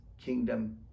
kingdom